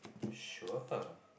sure